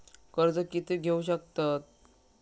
कर्ज कीती घेऊ शकतत?